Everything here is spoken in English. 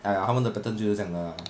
!aiya! 他们的 pattern 就是这样的 lah